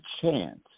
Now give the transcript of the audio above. chance